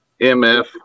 MF